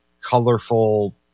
colorful